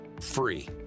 free